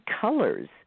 colors